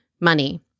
money